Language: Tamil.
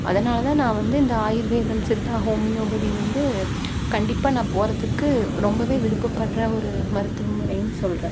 அதனால் தான் நான் வந்து இந்த ஆயுர்வேதம் சித்தா ஹோமியோபதி வந்து கண்டிப்பாக நான் போகிறதுக்கு ரொம்பவே விருப்பப்படுற ஒரு மருத்துவ முறையின்னு சொல்கிறேன்